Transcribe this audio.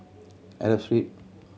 Arab Street